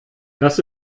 das